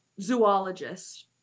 Zoologist